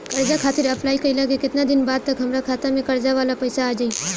कर्जा खातिर अप्लाई कईला के केतना दिन बाद तक हमरा खाता मे कर्जा वाला पैसा आ जायी?